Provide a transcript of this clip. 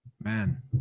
Man